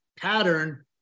pattern